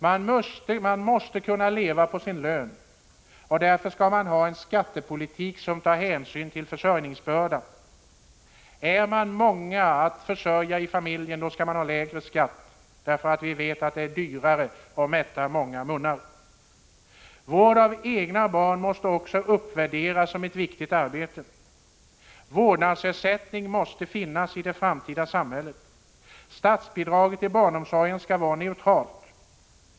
Man måste kunna leva på sin lön, och därför skall det föras en skattepolitik som tar hänsyn till försörjningsbördan. Finns det många i en familj att försörja skall skatten vara lägre, för vi vet att det är dyrare att mätta många munnar. Vård av egna barn måste också uppvärderas som ett viktigt arbete. Vårdnadsersättning måste finnas i det framtida samhället. Statsbidraget till barnomsorgen skall vara neutralt.